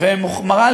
שהראתה לי: